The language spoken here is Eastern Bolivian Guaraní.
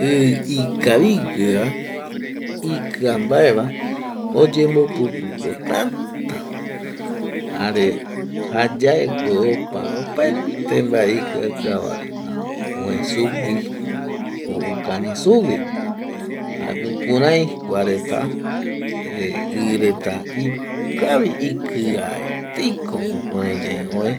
I ikavigueva ikia mbae va oyembo pupuko täta, jare jayaeko opa opaete mbae ikiakiava reta oë sugui o okañi suguino jaema jukuräi kua reta eh i reta ikavi ikiaeteiko i reta jukuräi yae oë